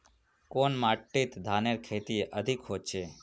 कुन माटित धानेर खेती अधिक होचे?